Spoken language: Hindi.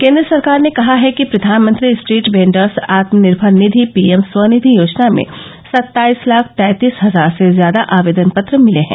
केन्द्र सरकार ने कहा है कि Pradhan Mantri street vendors Atmanirbhar Nidhi PM SVANidhi योजना में सत्ताईस लाख तैंतीस हजार से ज्यादा आवेदन पत्र मिले हैं